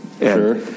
Sure